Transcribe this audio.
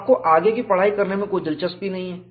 आपको आगे की पढ़ाई करने में कोई दिलचस्पी नहीं है